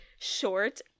short